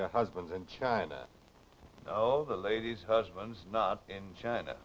your husband's in china oh the lady's husband's not in china